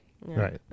Right